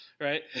right